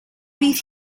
bydd